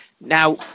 Now